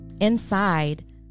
Inside